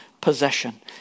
possession